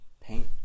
paint